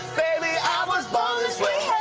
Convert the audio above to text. um was born this way.